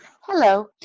Hello